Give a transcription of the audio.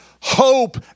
hope